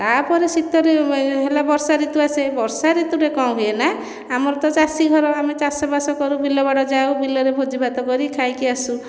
ତା'ପରେ ଶୀତ ଋତୁ ହେଲା ବର୍ଷା ଋତୁ ଆସେ ବର୍ଷା ଋତୁରେ କ'ଣ ହୁଏ ନା ଆମର ତ ଚାଷୀ ଘର ଚାଷ ବାସ କରୁ ବିଲ ବାଡ଼ି ଯାଉ ବିଲରେ ଭୋଜି ଭାତ କରି ଖାଇକି ଆସୁ